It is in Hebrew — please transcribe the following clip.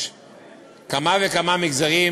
יש כמה וכמה מגזרים,